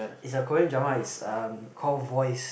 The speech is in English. is a Korean drama is um called Voice